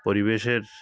পরিবেশের